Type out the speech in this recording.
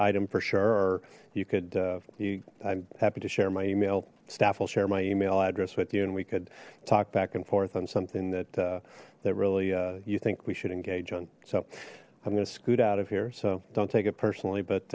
item for sure you could you i'm happy to share my email staff will share my email address with you and we could talk back and forth something that that really you think we should engage on so i'm gonna scoot out of here so don't take it personally but